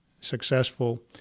successful